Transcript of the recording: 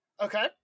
okay